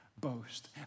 boast